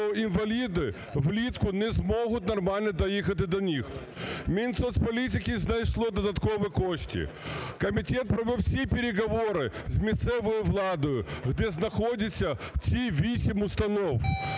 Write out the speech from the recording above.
то інваліди влітку не зможуть нормально доїхати до них. Мінсоцполітики знайшло додаткові кошти. Комітет провів всі переговори з місцевою владою, де знаходяться ці 8 установ.